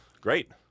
Great